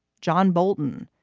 john bolton.